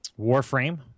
Warframe